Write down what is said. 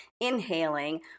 inhaling